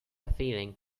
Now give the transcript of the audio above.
feeling